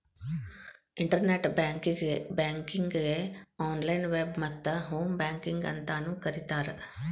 internet ಬ್ಯಾಂಕಿಂಗಗೆ online web ಮತ್ತ home banking ಅಂತಾನೂ ಕರಿತಾರ